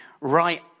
right